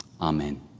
Amen